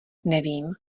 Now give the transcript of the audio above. nevím